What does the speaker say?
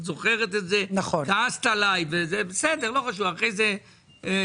את זוכרת את זה, כעסת עלי ואחרי זה הסתדרנו.